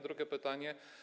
Drugie pytanie.